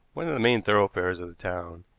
one of the main thoroughfares of the town,